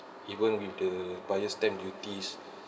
even with the buyer stamp duties